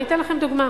ואני אתן לכם דוגמה.